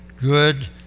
good